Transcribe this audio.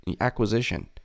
acquisition